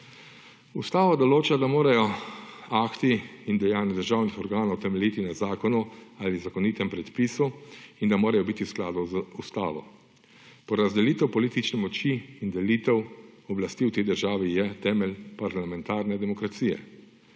Ustava določa, da morajo akti in dejanja državnih organov temeljiti na zakonu ali zakonitem predpisu in da morajo biti v skladu z Ustavo. Porazdelitev politične močni in delitev oblasti v tej državi je temelj parlamentarne demokracije.